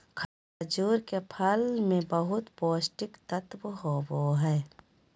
खजूर के फल मे बहुत पोष्टिक तत्व होबो हइ